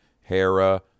Hera